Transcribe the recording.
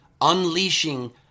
unleashing